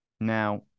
Now